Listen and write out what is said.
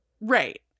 Right